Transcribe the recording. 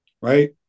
Right